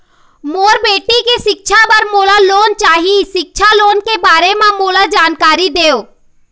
मोर बेटी के सिक्छा पर मोला लोन चाही सिक्छा लोन के बारे म मोला जानकारी देव?